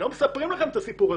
לא מספרים לכם את הסיפור הזה.